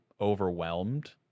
overwhelmed